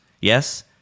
Yes